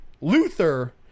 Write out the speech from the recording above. Luther